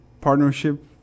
partnership